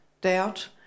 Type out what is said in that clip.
doubt